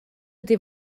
ydy